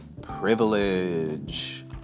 privilege